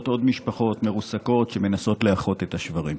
עוד משפחות מרוסקות שמנסות לאחות את השברים.